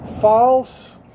false